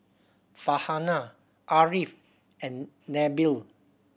Farhanah Ariff and Nabil